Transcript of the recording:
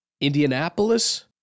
Indianapolis